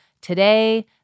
today